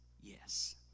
yes